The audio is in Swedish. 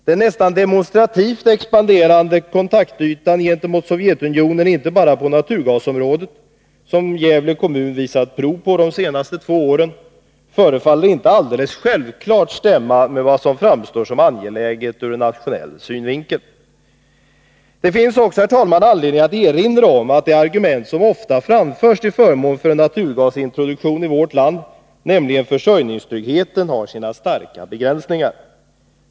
Den nästan demonstrativt expanderande kontaktyta gentemot Sovjetunionen inte bara på naturgasområdet som Gävle kommun har visat prov på under de senaste två åren förefaller inte heller självklart stämma med vad som framstår såsom angeläget ur nationell synvinkel. Det finns också, herr talman, anledning att erinra om att det argument som ofta framförs till förmån för en naturgasintroduktion i Sverige, nämligen försörjningstryggheten, har sina starka begränsningar.